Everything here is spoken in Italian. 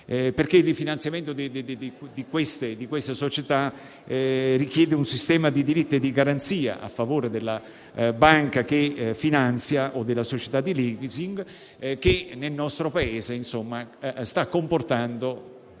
loro rifinanziamento richiede un sistema di diritti e di garanzie a favore della banca che finanzia o della società di *leasing* che nel nostro Paese sta comportando,